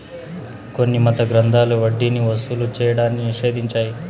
కొన్ని మత గ్రంథాలు వడ్డీని వసూలు చేయడాన్ని నిషేధించాయి